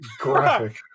graphic